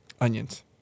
onions